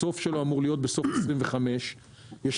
הסוף שלו אמור להיות בסוף 2025. יש